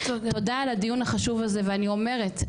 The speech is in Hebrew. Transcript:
תודה על הדיון החשוב הזה ואני אומרת,